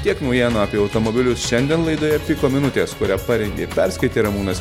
tiek naujienų apie automobilius šiandien laidoje piko minutės kurią parengė perskaitė ramūnas